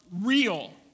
real